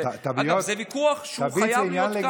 אגב, זה ויכוח שהוא חייב להיות כאן.